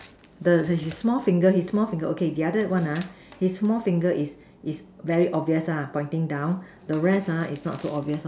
the his small finger his small finger okay the other one ah his small finger is is very obvious lah pointing down the rest ah is not so obvious lor